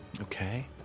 Okay